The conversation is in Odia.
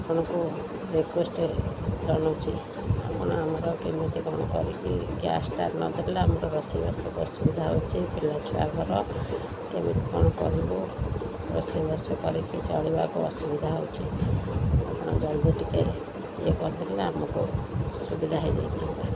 ଆପଣଙ୍କୁ ରିିକ୍ୟୁଏଷ୍ଟ ଜଣଉଛି ଆପଣ ଆମର କେମିତି କ'ଣ କରିକି ଗ୍ୟାସ୍ଟା ନଦେଲେ ଆମର ରୋଷେଇବାସକୁ ଅସୁବିଧା ହେଉଛି ପିଲା ଛୁଆ ଘର କେମିତି କ'ଣ କରିବୁ ରୋଷେଇବାସ କରିକି ଚଳିବାକୁ ଅସୁବିଧା ହେଉଛି ଆପଣ ଜଲ୍ଦି ଟିକେ ଇଏ କରିଦେଲେ ଆମକୁ ସୁବିଧା ହେଇଯାଇଥାନ୍ତା